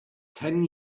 ten